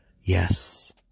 yes